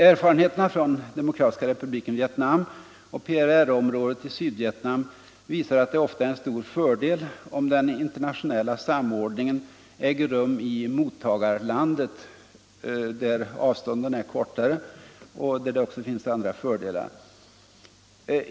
Erfarenheterna från Demokratiska republiken Vietnam och PRR-området i Sydvietnam visar att det ofta är en stor fördel om den internationella samordningen äger rum i mottagarlandet, där avstånden är kortare och där det också finns andra positiva element.